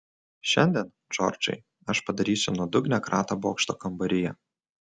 šiandien džordžai aš padarysiu nuodugnią kratą bokšto kambaryje